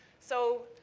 so,